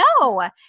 no